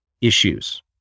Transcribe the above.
issues